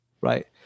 Right